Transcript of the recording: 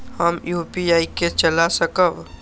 हम यू.पी.आई के चला सकब?